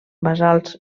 basalts